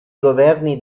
governi